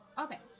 okay